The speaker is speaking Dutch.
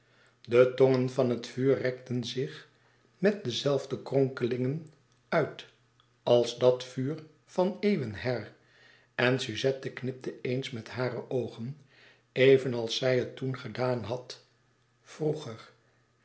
de tongen van het vuur rekten zich met de zelfde kronkelingen uit als dat vuur van eeuwen her en suzette knipte eens met hare oogen even als zij het toen gedaan had vroeger